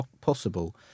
possible